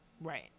Right